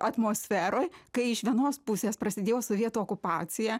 atmosferoj kai iš vienos pusės prasidėjo sovietų okupacija